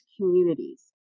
communities